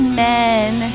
Amen